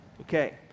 Okay